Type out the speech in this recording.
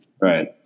Right